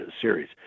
series